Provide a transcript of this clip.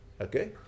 Okay